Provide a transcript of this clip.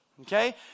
okay